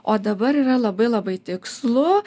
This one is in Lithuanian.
o dabar yra labai labai tikslu